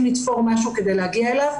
לתפור משהו כדי להגיע לאוכלוסייה הזו.